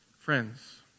friends